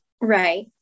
Right